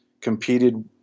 competed